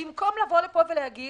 במקום לבוא לפה ולהגיד: